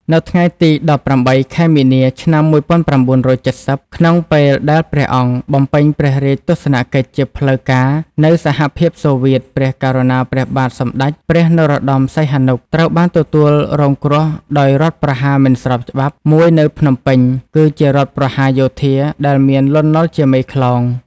នៅថ្ងៃទី១៨ ខែមីនា ឆ្នាំ១៩៧០ ក្នុងពេលដែលព្រះអង្គ បំពេញព្រះរាជទស្សនកិច្ចជាផ្លូវ ការនៅសហភាពសូវៀត ព្រះករុណា ព្រះបាទសម្តេច ព្រះនរោត្តម សីហនុ ត្រូវបានទទួលរង គ្រោះដោយរដ្ឋប្រហារមិនស្របច្បាប់ មួយនៅភ្នំពេញ គឺជារដ្ឋប្រហារយោធា ដែលមាន លន់ នល់ ជាមេក្លោង។